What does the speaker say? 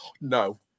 No